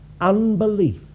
unbelief